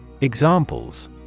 Examples